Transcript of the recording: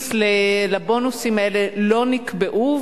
כבוד היושב-ראש,